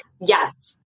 Yes